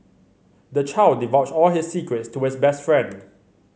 the child divulged all his secrets to his best friend